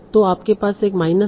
तो आपके पास एक माइनस हैं